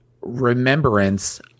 remembrance